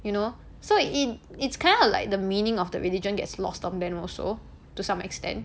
you know so it it's kind of like the meaning of the religion gets lost on them also to some extent